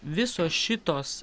visos šitos